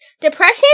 Depression